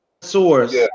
source